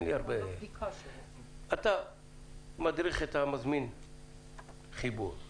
אתה מדריך את המזמין חיבור,